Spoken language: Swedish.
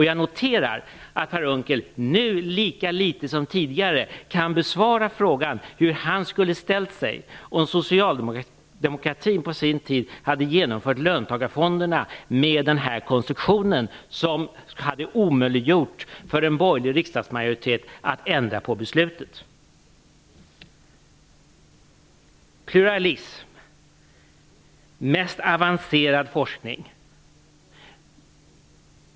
Jag noterar att Per Unckel nu lika litet som tidigare kan besvara frågan hur han skulle ha ställt sig om socialdemokratin på sin tid hade genomfört löntagarfonderna med den här konstruktionen och därmed hade omöjliggjort för en borgerlig riksdagsmajoritet att ändra på beslutet. Per Unckel talar om pluralism och mest avancerad forskning.